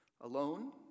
Alone